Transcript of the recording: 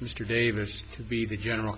mr davis to be the general